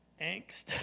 angst